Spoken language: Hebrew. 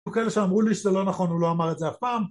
היו כאלה שאמרו לי שזה לא נכון הוא לא אמר את זה אף פעם